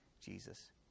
Jesus